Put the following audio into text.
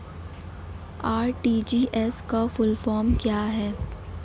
RTGS का full form क्या है?